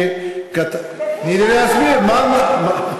מה מביש בזה?